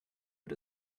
but